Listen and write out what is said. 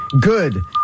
good